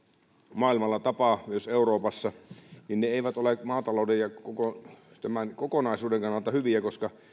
maailmalla tapaa myös euroopassa eivät ole maatalouden ja koko tämän kokonaisuuden kannalta hyviä koska